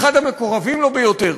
אחד המקורבים לו ביותר,